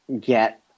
get